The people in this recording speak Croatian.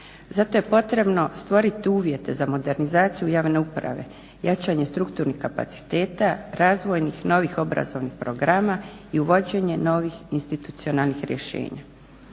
Zato je potrebno stvoriti uvjete za modernizaciju javne uprave, jačanje strukturnih kapaciteta, razvojnih, novih obrazovnih programa i uvođenje novih institucionalnih rješenja.